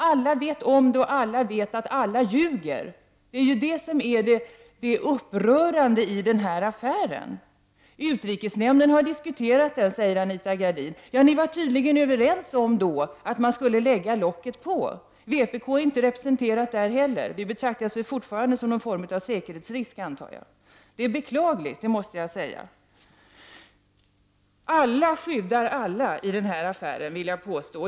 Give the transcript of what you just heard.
Alla vet hur det förhåller sig, och alla vet att alla ljuger. Det är det som är upprörande i den här affären. Utrikesnämnden har diskuterat den här saken, säger Anita Gradin. Ja, ni var då tydligen överens om att lägga locket på. Vi i vpk är inte representerade i utrikesnämnden heller. Jag antar att vi fortfarande betraktas som något av en säkerhetsrisk. Jag måste säga att det här är beklagligt. Jag vill påstå att alla skyddar alla i den här affären.